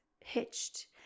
hitched